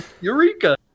Eureka